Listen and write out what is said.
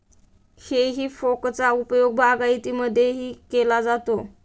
हेई फोकचा उपयोग बागायतीमध्येही केला जातो